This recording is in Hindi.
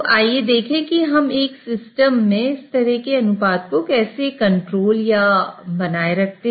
आइए देखें कि हम एक सिस्टम में इस तरह के अनुपात को कैसे कंट्रोल या बनाए रखते हैं